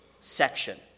section